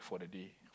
for the day